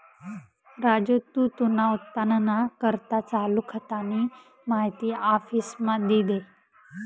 राजू तू तुना उत्पन्नना करता चालू खातानी माहिती आफिसमा दी दे